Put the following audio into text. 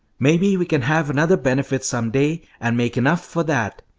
maybe we can have another benefit some day and make enough for that.